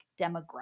demographic